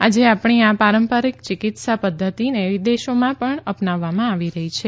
આજે આપણી આ પારંપરિક ચિકિત્સા પદ્વતિને વિદેશોમાં પણ અપનાવવામાં આવી રહી છે